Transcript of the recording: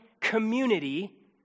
community